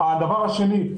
דבר שני,